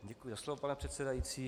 Děkuji za slovo, pane předsedající.